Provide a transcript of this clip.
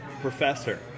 Professor